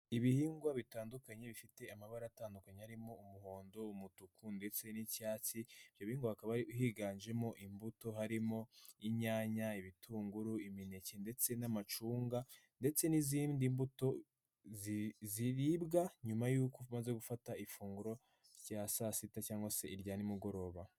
Ibihingwa bitandukanye bifite amabara atandukanye arimo: umuhondo, umutuku ndetse n'icyatsi. Hakaba higanjemo imbuto harimo: inyanya, ibitunguru, imineke ndetse n'amacunga ndetse n'izindi mbuto ziribwa, nyuma y'uko umaze gufata ifunguro rya saa sita cyangwa se irya nimugoroba.